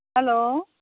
hello